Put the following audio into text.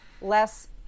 less